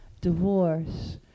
divorce